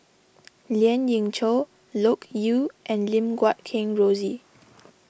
Lien Ying Chow Loke Yew and Lim Guat Kheng Rosie